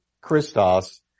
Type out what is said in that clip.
Christos